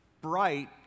bright